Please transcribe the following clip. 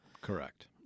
Correct